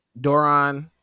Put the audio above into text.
Doron